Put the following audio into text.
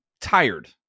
tired